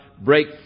Break